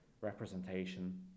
representation